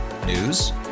News